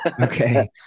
Okay